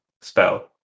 spell